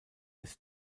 ist